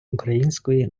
української